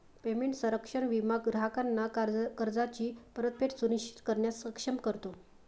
payment संरक्षण विमा ग्राहकांना कर्जाची परतफेड सुनिश्चित करण्यास सक्षम करतो